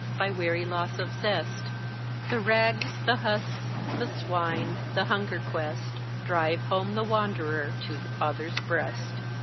by weary loss of zest the rags, the husks, the swine, the hunger-quest, drive home the wanderer to the father's breast.